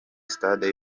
stade